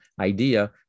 idea